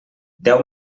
deu